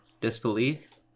disbelief